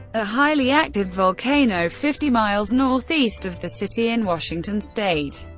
a highly active volcano fifty miles northeast of the city in washington state,